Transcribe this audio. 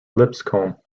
lipscomb